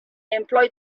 employed